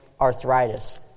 arthritis